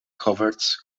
coverts